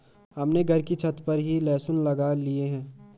हमने घर की छत पर ही लहसुन उगा लिए हैं